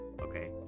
okay